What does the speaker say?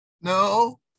No